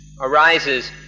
arises